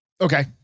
Okay